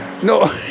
No